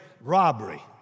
robbery